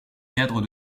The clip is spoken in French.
cadre